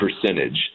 percentage